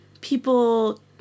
people